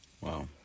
Wow